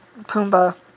Pumbaa